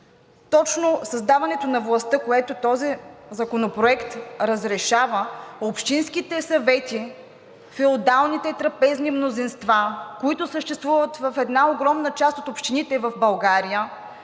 точно с даването на властта, което този законопроект разрешава – общинските съвети, феодалните трапезни мнозинства, които съществуват в една огромна част от общините в България,